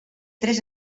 tres